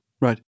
Right